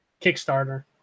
Kickstarter